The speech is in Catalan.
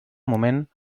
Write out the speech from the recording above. moment